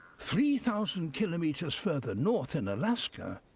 three thousand kilometers further north, in alaska,